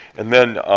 and then,